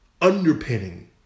underpinning